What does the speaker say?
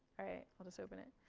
all right, i'll just open it.